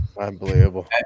Unbelievable